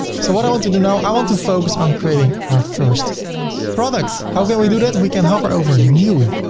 so what i want to do now? i want to focus on creating our first product. how can we do that? we can hover over new